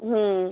হুম